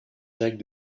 jacques